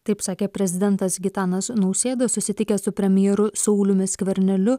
taip sakė prezidentas gitanas nausėda susitikęs su premjeru sauliumi skverneliu